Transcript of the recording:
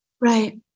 Right